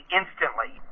instantly